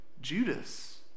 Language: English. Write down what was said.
Judas